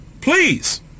Please